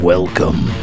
Welcome